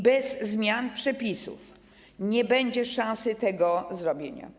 Bez zmian przepisów nie będzie szansy tego zrobić.